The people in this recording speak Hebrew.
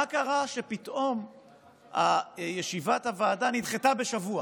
מה קרה שפתאום ישיבת הוועדה נדחתה בשבוע?